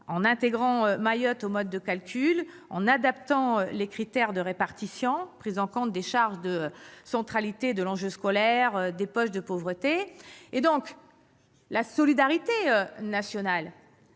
en intégrant Mayotte au mode de calcul et en adaptant les critères de répartition pour prendre en compte les charges de centralité de l'enjeu scolaire ainsi que les poches de pauvreté. La solidarité nationale